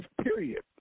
period